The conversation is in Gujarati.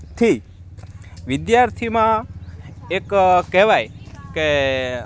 થી વિદ્યાર્થીમાં એક કહેવાય કે